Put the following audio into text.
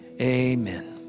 Amen